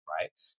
right